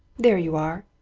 there you are!